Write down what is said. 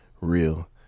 Real